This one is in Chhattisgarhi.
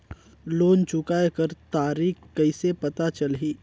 लोन चुकाय कर तारीक कइसे पता चलही?